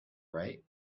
right